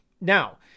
Now